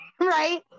Right